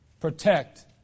protect